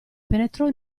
penetrò